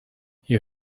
you